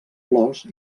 flors